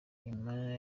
nyuma